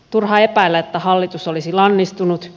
turha epäillä että hallitus olisi lannistunut